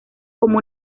como